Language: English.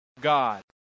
God